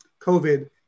COVID